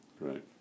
Right